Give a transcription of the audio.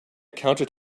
counted